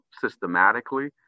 systematically